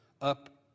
up